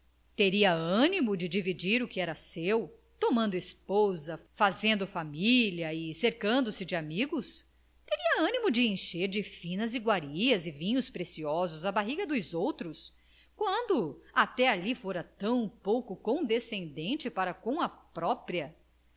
teria animo de dividir o que era seu tomando esposa fazendo família e cercando se de amigos teria animo de encher de finas iguarias e vinhos preciosos a barriga dos outros quando até ali fora tão pouco condescendente para com a própria